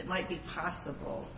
it might be possible